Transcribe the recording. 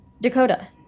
Dakota